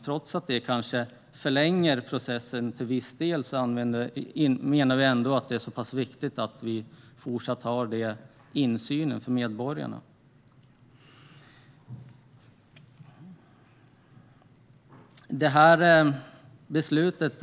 Trots att det kanske förlänger processen till viss del menar vi att det är så pass viktigt med fortsatt insyn för medborgarna.